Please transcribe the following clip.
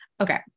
Okay